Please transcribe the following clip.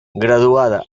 graduada